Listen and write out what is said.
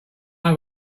have